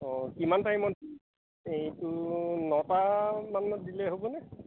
অঁ কিমান টাইমত এইটো নটামানত দিলেই হ'বনে